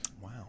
Wow